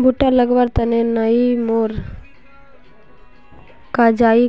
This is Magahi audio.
भुट्टा लगवार तने नई मोर काजाए